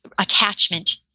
attachment